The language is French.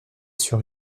sur